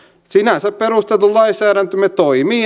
sinänsä perusteltu lainsäädäntömme toimii